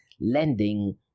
lending